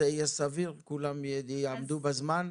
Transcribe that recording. זה יהיה סביר וכולם יעמדו בזמן?